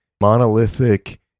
monolithic